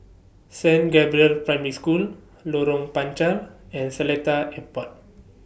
Saint Gabriel's Primary School Lorong Panchar and Seletar Airport